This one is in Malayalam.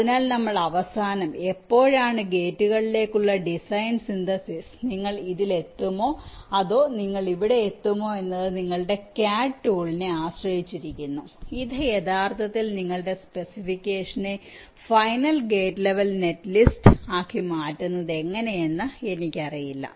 അതിനാൽ നമ്മൾഅവസാനം എപ്പോഴാണ് ഗേറ്റുകളിലേക്കുള്ള ഡിസൈനിലെ സിന്തെസിസ് നിങ്ങൾ ഇതിൽ എത്തുമോ അതോ നിങ്ങൾ ഇവിടെ എത്തുമോ എന്നത് നിങ്ങളുടെ CAD ടൂളിനെ ആശ്രയിച്ചിരിക്കുന്നു ഇത് യഥാർത്ഥത്തിൽ നിങ്ങളുടെ സ്പെസിഫിക്കേഷനെ final gate level net list ആക്കി മാറ്റുന്നത് എങ്ങനെയെന്ന് എനിക്കറിയില്ല